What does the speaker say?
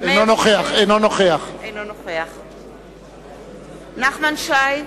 אינו נוכח נחמן שי,